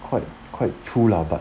quite quite true lah but